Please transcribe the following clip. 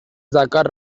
dakar